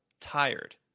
tired